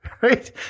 right